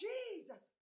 Jesus